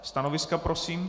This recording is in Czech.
Stanoviska prosím?